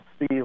see